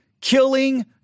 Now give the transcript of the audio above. killing